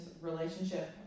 relationship